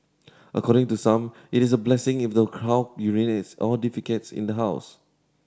according to some it is a blessing in the cow urinates or defecates in the house